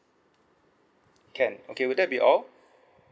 can okay would that be all